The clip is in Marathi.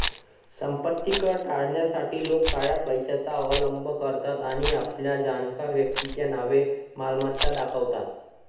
संपत्ती कर टाळण्यासाठी लोक काळ्या पैशाचा अवलंब करतात आणि आपल्या जाणकार व्यक्तीच्या नावे मालमत्ता दाखवतात